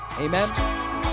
Amen